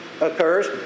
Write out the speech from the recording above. occurs